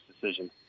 decision